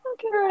Okay